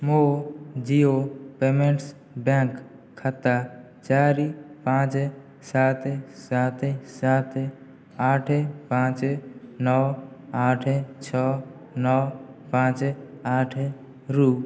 ମୋ Jio payments bank ଖାତା ଚାରି ପାଞ୍ଚ ସାତ ସାତ ସାତ ଆଠ ପାଞ୍ଚ ନଅ ଆଠ ଛଅ ନଅ ପାଞ୍ଚ ଆଠରୁ